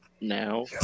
now